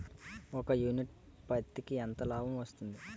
ఒక యూనిట్ పత్తికి ఎంత లాభం వస్తుంది?